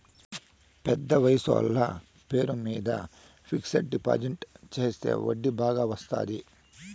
పెద్ద వయసోళ్ల పేరు మీద ఫిక్సడ్ డిపాజిట్ చెత్తే వడ్డీ బాగా వత్తాది